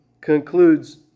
concludes